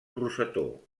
rosetó